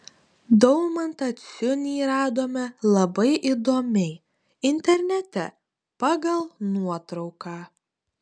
daumantą ciunį radome labai įdomiai internete pagal nuotrauką